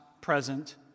present